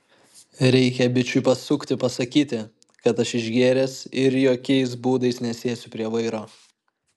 reikia bičui pasukti pasakyti kad aš išgėręs ir jokiais būdais nesėsiu prie vairo